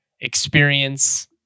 experience